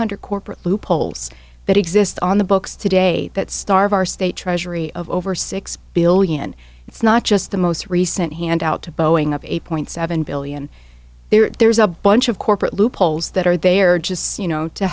hundred corporate loopholes that exist on the books today that starve our state treasury of over six billion it's not just the most recent handout to boeing of eight point seven billion there's a bunch of corporate loopholes that are they are just you know to